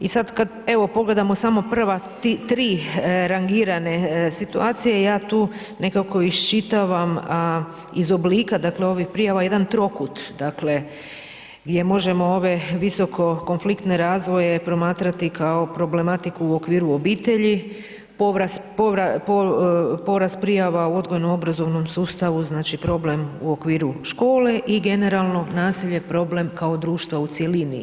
I sada kada, evo, pogledamo samo prva tri rangirane situacije, ja tu nekako iščitavam iz oblika, dakle, ovih prijava, jedan trokut, gdje možemo ove visoko konfliktne razvoje, promatrati kao problematiku u okviru obitelji, porast prijava u odgojno obrazovnom sustavu, znači problem u okviru škole i generalno nasilje problem, kao društva u cjelini.